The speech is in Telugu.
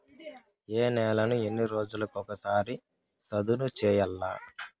ఏ నేలను ఎన్ని రోజులకొక సారి సదును చేయల్ల?